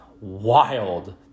wild